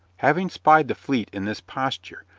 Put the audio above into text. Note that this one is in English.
having spied the fleet in this posture,